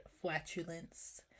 flatulence